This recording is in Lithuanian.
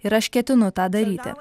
ir aš ketinu tą daryti